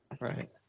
Right